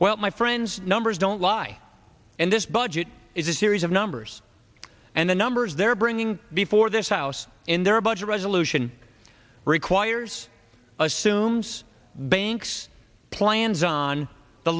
well my friends numbers don't lie and this budget is series of numbers and the numbers they're bringing before this house in their budget resolution requires assumes banks plans on the